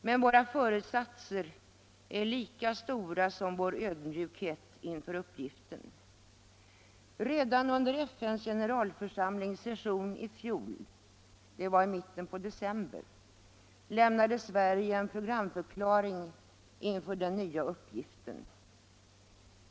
Men våra föresatser är lika stora som vår ödmjukhet inför uppgiften. Redan under FN:s generalförsamlings session i fjol, det var i mitten av december, lämnade Sverige en programförklaring inför den nya uppgiften.